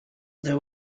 there